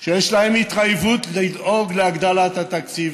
יש לו התחייבות לדאוג להגדלת התקציב